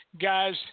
Guys